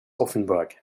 offenburg